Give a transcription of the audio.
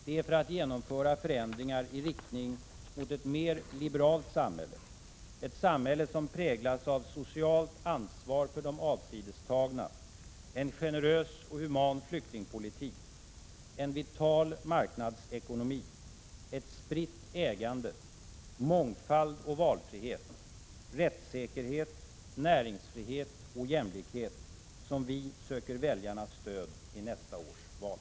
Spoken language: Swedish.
Det är för att genomföra förändringar i riktning mot ett mer liberalt samhälle, ett samhälle som präglas av socialt ansvar för de avsidestagna, en generös och human flyktingpolitik, en vital marknadsekonomi, ett spritt ägande, mångfald och valfrihet, rättssäkerhet, näringsfrihet och jämlikhet som vi söker väljarnas stöd i nästa års val.